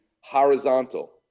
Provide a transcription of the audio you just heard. horizontal